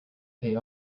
pay